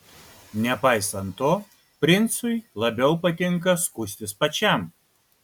nepaisant to princui labiau patinka skustis pačiam